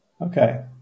Okay